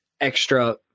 extra